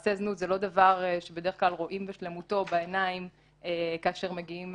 מעשה זנות זה לא דבר שבדרך כלל רואים בשלמותו בעיניים כאשר מגיעים